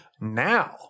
Now